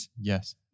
Yes